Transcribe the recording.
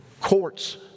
courts